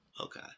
Okay